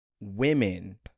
women